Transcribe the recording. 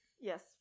Yes